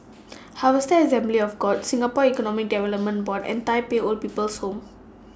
Harvester Assembly of God Singapore Economic Development Board and Tai Pei Old People's Home